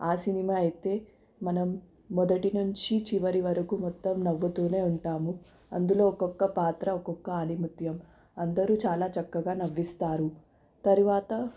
ఆ సినిమా అయితే మనం మొదటి నుంచి చివరి వరకు మొత్తం నవ్వుతూనే ఉంటాము అందులో ఒక్కొక్క పాత్ర ఒక్కొక్క ఆణిముత్యం అందరు చాలా చక్కగా నవ్విస్తారు తరువాత